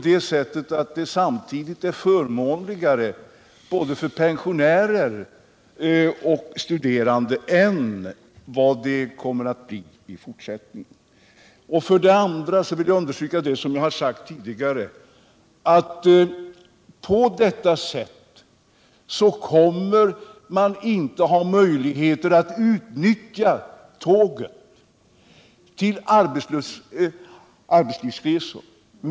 Det är samtidigt förmånligare både för pensionärer och för studerande än alternativet med de tågtider som SJ avser att tillämpa i fortsättningen. För det andra vill jag understryka det som jag har sagt tidigare, att på detta sätt kommer man inte att ha möjligheter att utnyttja tågen till arbetsresor.